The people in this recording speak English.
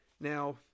Now